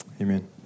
amen